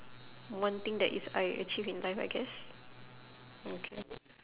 one thing that is I achieve in life I guess okay